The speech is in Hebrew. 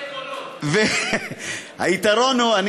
היתרון הוא,